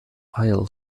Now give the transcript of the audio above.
isle